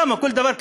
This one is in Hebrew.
למה?